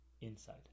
inside